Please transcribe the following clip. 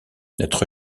notre